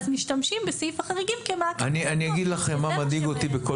אז משתמשים בסעיף החריגים כמעט --- אני אגיד לכם מה מדאיג אותי בכל